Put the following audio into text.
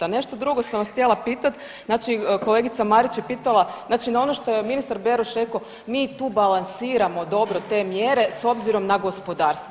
A nešto drugo sam vas htjela pitati, znači kolegica Marić je pitala, znači na ono što je ministar Beroš rekao mi tu balansiramo dobro te mjere, s obzirom na gospodarstvo.